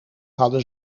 hadden